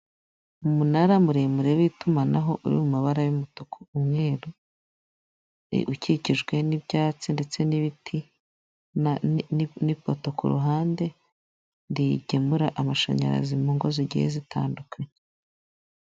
Umunara muremure w'itumanaho uri mu mabara y'umutuku, umweru, ukikijwe n'ibyatsi ndetse n'ibiti n'ipoto, ku ruhande rigemura amashanyarazi mu ngo zigiye zitandukanye.